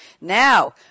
Now